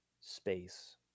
space